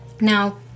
Now